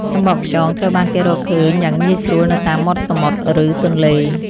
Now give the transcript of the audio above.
សំបកខ្យង ត្រូវបានគេរកឃើញយ៉ាងងាយស្រួលនៅតាមមាត់សមុទ្រ ឬទន្លេ។